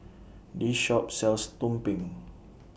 This Shop sells Tumpeng